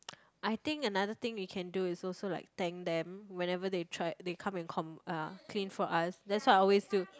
I think another thing we can do is also like thank them whenever they try they come and com~ uh clean for us that's what I always do